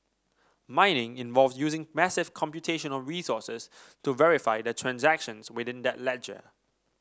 mining involve using massive computational resources to verify the transactions within that ledger